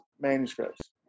manuscripts